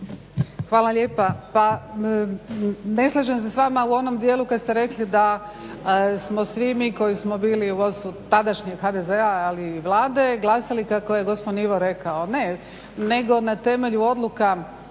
Hvala lijepa. Pa ne slažem se s vama u onom dijelu kad ste rekli da smo svi mi koji smo bili u vodstvu tadašnjeg HDZ-a ali i Vlade glasali kako je gospon Ivo rekao. Ne, nego na temelju odluka